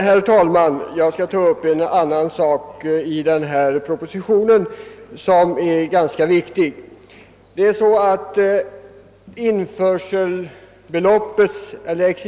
Herr talman! Jag skall ta upp en annan ganska viktig sak i förevarande proposition.